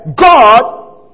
God